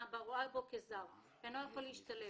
לא כאן ולא בלבנון.